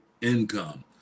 income